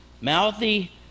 mouthy